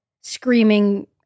screaming